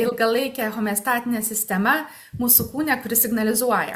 ilgalaikė homeostatinė sistema mūsų kūne kuri signalizuoja